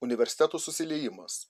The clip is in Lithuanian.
universitetų susiliejimas